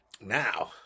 Now